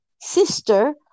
sister